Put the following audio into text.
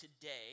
today